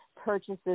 purchases